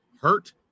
hurt